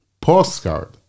postcard